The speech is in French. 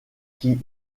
qui